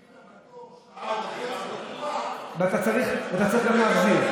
לפעמים הוא עומד שעה וחצי בתור,